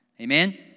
Amen